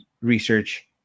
research